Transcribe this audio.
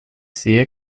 sehe